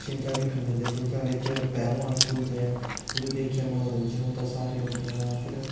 छिंजां दिक्खन जंदे छिंजां बिच्च पैह्लवान धूलदे ऐ उस्सी दिक्खियै मनोंरंजन होंदा सारें लोकें दा फिर